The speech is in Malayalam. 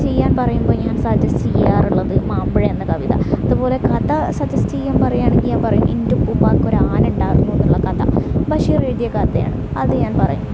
ചെയ്യാൻ പറയുമ്പോൾ ഞാൻ സജെസ്റ്റ് ചെയ്യാറുള്ളത് മാമ്പഴം എന്ന കവിത അതു പോലെ കഥ സജെസ്റ്റ് ചെയ്യാൻ പറയാണെങ്കിൽ ഞാൻ പറയും ഇന്റുപ്പുപ്പാക്ക് ഒരാനണ്ടാര്ന്നു എന്നുള്ള കഥ ബഷീർ എഴുതിയ കഥയാണ് അത് ഞാൻ പറയും